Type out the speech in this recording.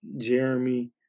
Jeremy